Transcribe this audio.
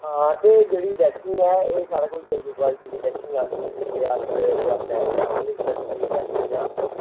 ते एह् जेह्ड़ी साढ़े कोल वैक्सिंग ऐ एह् चंगी चाल्ली दी बैक्सिंग आंदी ते एह् अस अपने कस्टमर गी प्रेफर करने होन्ने आं